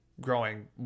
growing